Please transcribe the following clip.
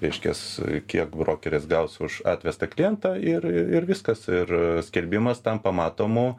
reiškias kiek brokeris gaus už atvestą klientą ir ir viskas ir skelbimas tampa matomu